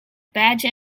badge